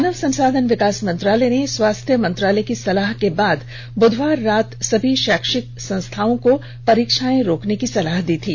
मानव संसाधन विकास मंत्रालय ने स्वास्थ्य मंत्रालय की सलाह के बाद बुधवार रात को सभी शैक्षनिक संस्थाओं को परीक्षाएं रोकने की सलाह दी थी